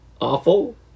Awful